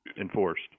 enforced